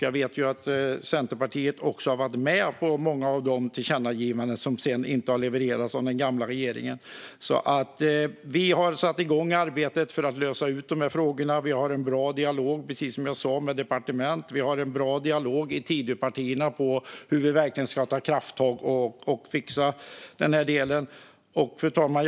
Jag vet att Centerpartiet också har varit med på många av de tillkännagivanden som den gamla regeringen sedan inte levererade på. Vi har satt igång arbetet med att lösa ut de här frågorna. Precis som jag sa har vi en bra dialog med departementet, och vi har en bra dialog i Tidöpartierna om hur vi ska ta krafttag och fixa den här delen. Fru talman!